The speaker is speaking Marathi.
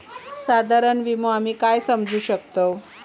साधारण विमो आम्ही काय समजू शकतव?